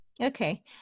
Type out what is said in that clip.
Okay